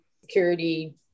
security